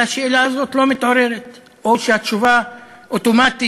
והשאלה הזאת לא מתעוררת או שהתשובה אוטומטית: